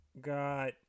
got